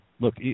Look